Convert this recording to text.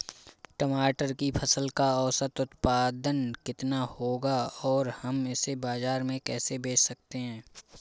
टमाटर की फसल का औसत उत्पादन कितना होगा और हम इसे बाजार में कैसे बेच सकते हैं?